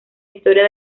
historia